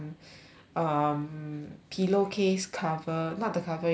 um pillow case cover not the cover you know the